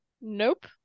nope